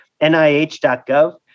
NIH.gov